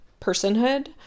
personhood